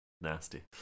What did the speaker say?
nasty